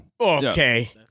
Okay